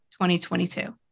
2022